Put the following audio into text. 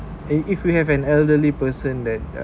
eh if you have an elderly person that uh